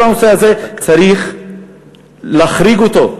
כל הנושא הזה צריך להחריג אותו,